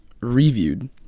reviewed